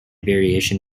variation